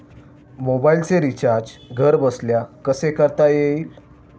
मोबाइलचे रिचार्ज घरबसल्या कसे करता येईल?